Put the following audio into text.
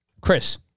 Chris